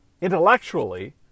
Intellectually